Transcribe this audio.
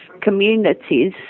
communities